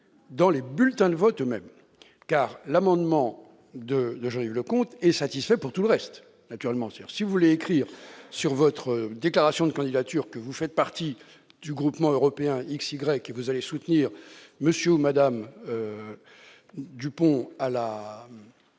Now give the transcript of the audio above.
dans les bulletins de vote eux-mêmes, car l'amendement de Jean-Yves Leconte est satisfait pour tout le reste : si vous voulez écrire sur votre déclaration de candidature que vous faites partie du groupement européen X ou Y et que vous allez soutenir M. ou Mme Dupont à la